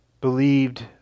believed